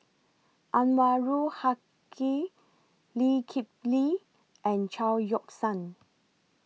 Anwarul Haque Lee Kip Lee and Chao Yoke San